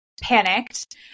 panicked